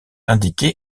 indiquer